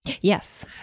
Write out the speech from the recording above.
Yes